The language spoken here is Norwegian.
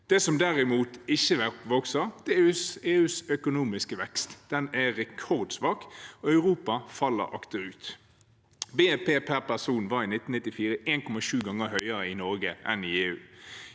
Det som derimot ikke vokser, er EUs økonomiske vekst. Den er rekordsvak, og Europa faller akterut. BNP per person var i 1994 1,7 ganger høyere i Norge enn i EU.